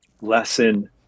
lesson